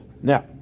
Now